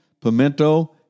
pimento